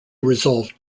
resolved